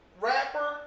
rapper